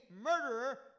murderer